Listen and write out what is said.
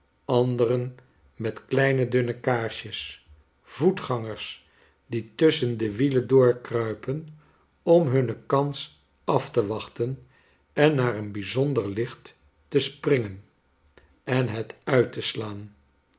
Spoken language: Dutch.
anderen met kleine dunne kaarsjes voetgangers die tusschen de wielen doorkruipen om hunne kans af te wachten en naar een btjzonder licht te springen en het uit te slaan